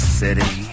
city